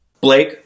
Blake